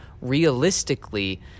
Realistically